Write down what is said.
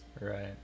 right